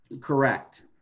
Correct